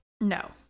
no